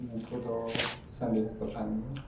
ᱩᱱᱠᱩ ᱫᱚ ᱥᱟᱺᱰᱤ ᱦᱚᱸᱠᱚ ᱛᱟᱦᱮᱱ ᱜᱮᱭᱟ